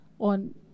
on